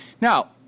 Now